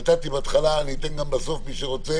נתתי בהתחלה, אני אתן גם בסוף למי שרוצה